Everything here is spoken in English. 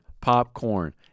Popcorn